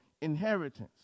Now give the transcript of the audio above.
inheritance